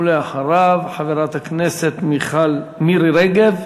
ואחריו, חברת הכנסת מירי רגב.